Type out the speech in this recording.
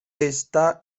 está